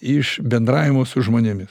iš bendravimo su žmonėmis